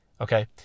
Okay